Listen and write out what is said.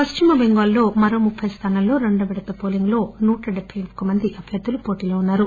పశ్చిమ టెంగాల్లో మరో ముప్పై స్థానాల్లో రెండో విడత పోలింగ్లో నూటా డెబ్బె మంది అభ్యర్థులు పోటీలో ఉన్నారు